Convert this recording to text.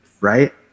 right